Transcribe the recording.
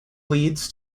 leads